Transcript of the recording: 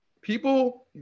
people